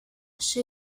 she